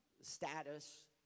status